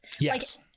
Yes